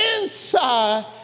inside